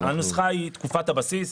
הנוסחה היא תקופת הבסיס,